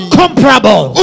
comparable